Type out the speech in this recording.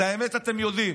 את האמת אתם יודעים.